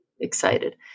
excited